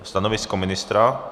Stanovisko ministra?